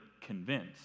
convinced